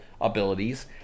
abilities